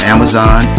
Amazon